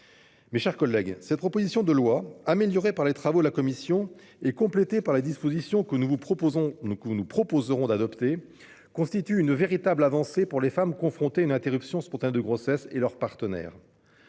Mes chers collègues, cette proposition de loi, améliorée par les travaux de la commission et complétée des dispositions que nous vous proposerons d'adopter, constituera une véritable avancée pour les femmes confrontées à une interruption spontanée de grossesse et pour leur partenaire.